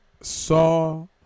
saw